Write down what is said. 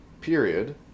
period